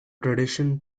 tradition